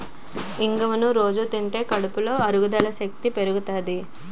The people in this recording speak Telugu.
ఇంగువను రొజూ తింటే కడుపులో అరుగుదల శక్తి పెరుగుతాది